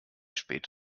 spät